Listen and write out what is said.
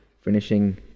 finishing